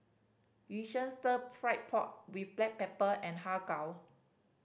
Yu Sheng Stir Fried Pork With Black Pepper and Har Kow